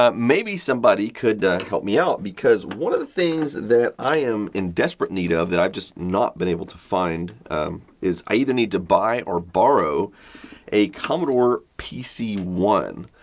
um maybe somebody could help me out because one of the things that i'm in desperate need of that i've just not been able to find is, i either need to buy or borrow a commodore pc one.